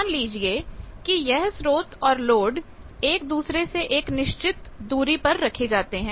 मान लीजिए कि यह स्रोत और लोड एक दूसरे से एक निश्चित दूरी पर रखे जाते हैं